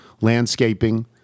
Landscaping